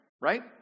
right